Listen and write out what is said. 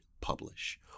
publish